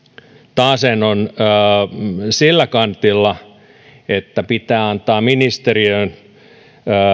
taasen on sillä kantilla että pitää antaa ministeriöön